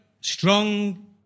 strong